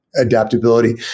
adaptability